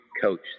coach